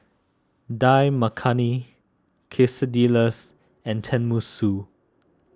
Dal Makhani Quesadillas and Tenmusu